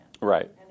Right